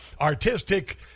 artistic